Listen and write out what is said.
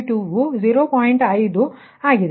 5 ಆಗಿದೆ